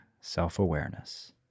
self-awareness